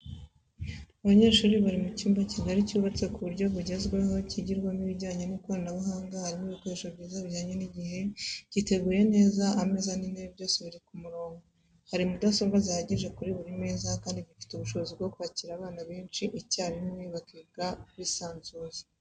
Abanyeshuri bari cyumba kigari cyubatse ku buryo bwugezweho kigirwamo ibijyanye n'ikoranabuhanga harimo ibikoresho byiza bijyanye n'igihe, giteguye neza ameza n'intebe byose biri ku murongo, hari mudasobwa zihagije kuri buri meza kandi gifite ubushobozi bwo kwakira abana benshi icyarimwe bakiga bisanzuye.